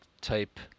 type